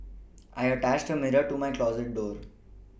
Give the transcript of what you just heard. I attached the mirror to my closet door